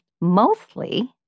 Mostly